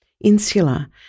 insula